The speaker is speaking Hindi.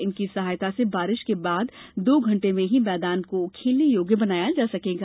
इनकी सहायता से बारिश के बाद दो घंटे में ही मैदान को खेलने योग्य बनाया जा सकेगा